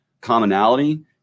commonality